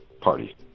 party